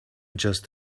just